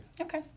Okay